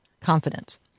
confidence